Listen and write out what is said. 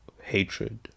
hatred